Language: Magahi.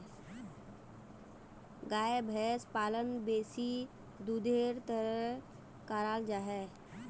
गाय भैंस पालन बेसी दुधेर तंर कराल जाहा